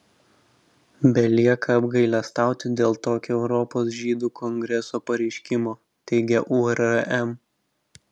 belieka apgailestauti dėl tokio europos žydų kongreso pareiškimo teigia urm